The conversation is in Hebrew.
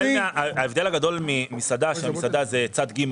ההבדל הגדול ממסעדה הוא שהמסעדה היא צד ג',